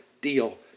deal